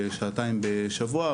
לשעתיים בשבוע,